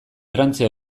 trantze